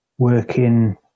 Working